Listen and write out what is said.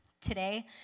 Today